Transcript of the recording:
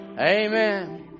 Amen